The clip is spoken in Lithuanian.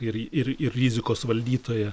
ir ir ir rizikos valdytoją